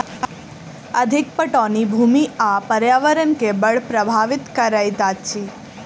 अधिक पटौनी भूमि आ पर्यावरण के बड़ प्रभावित करैत अछि